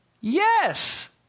Yes